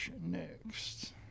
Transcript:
next